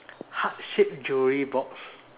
heart shaped jewelry box